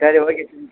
சரி okay sir